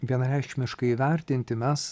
vienareikšmiškai įvertinti mes